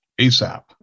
ASAP